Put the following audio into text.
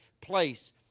place